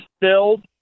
filled